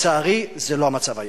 לצערי זה לא המצב היום.